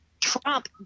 Trump